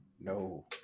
no